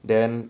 then